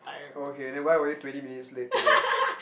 okay then why were you twenty minutes late today